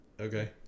Okay